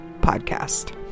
podcast